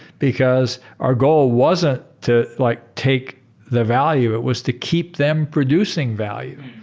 because our goal wasn't to like take the value. it was to keep them producing value.